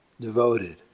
devoted